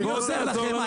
אני עוזר לכם,